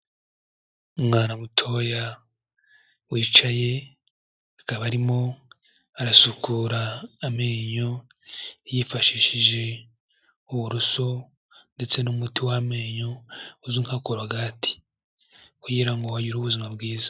Umwana mutoya wicaye, akaba arimo arasukura amenyo, yifashishije uburoso ndetse n'umuti w'amenyo uzwi nka korogati kugira ngo agire ubuzima bwiza.